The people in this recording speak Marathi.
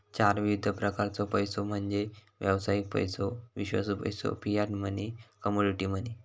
चार विविध प्रकारचो पैसो म्हणजे व्यावसायिक पैसो, विश्वासू पैसो, फियाट मनी, कमोडिटी मनी